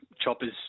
choppers